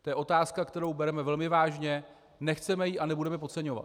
To je otázka, kterou bereme velmi vážně, nechceme ji a nebudeme podceňovat.